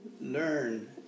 learn